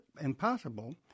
impossible